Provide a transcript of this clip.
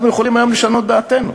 אנחנו יכולים היום לשנות את דעתנו.